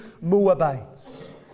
Moabites